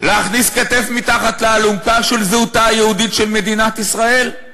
להכניס כתף מתחת לאלונקה של זהותה היהודית של מדינת ישראל?